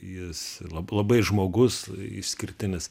jis la labai žmogus išskirtinis